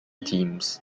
teams